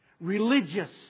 religious